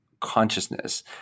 consciousness